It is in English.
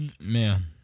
Man